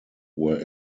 were